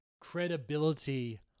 credibility